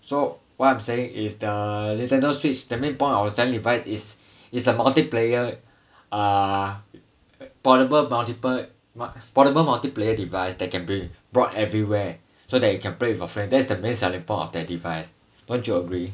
so what I'm saying is the Nintendo switch the main point of the selling device is is the multiplayer uh portable multiple portable multiplayer device that can be brought everywhere so that you can play with your friend that's the main selling point of that device don't you agree